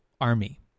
army